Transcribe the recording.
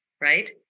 right